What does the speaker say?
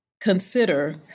consider